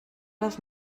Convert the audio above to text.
les